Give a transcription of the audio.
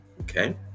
Okay